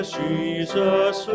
jesus